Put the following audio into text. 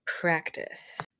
practice